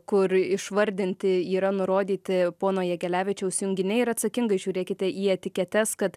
kur išvardinti yra nurodyti pono jegelevičiaus junginiai ir atsakingai žiūrėkite į etiketes kad